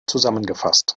zusammengefasst